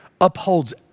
upholds